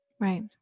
right